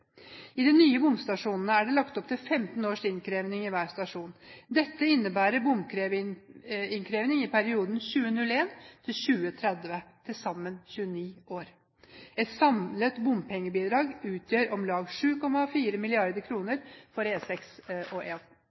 I de nye bomstasjonene er det lagt opp til 15 års innkreving i hver stasjon. Dette innebærer bompengeinnkreving i perioden 2001–2030, til sammen 29 år. Et samlet bompengebidrag utgjør om lag 7,4 mrd. kr for E6 og